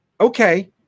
okay